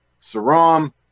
Saram